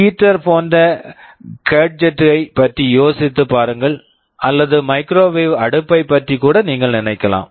heater heater போன்ற gadget gadget ஐப் பற்றி யோசித்துப் பாருங்கள் அல்லது மைக்ரோவேவ் microwave அடுப்பைப் பற்றி கூட நீங்கள் நினைக்கலாம்